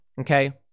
okay